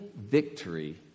victory